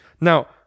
Now